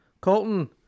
Colton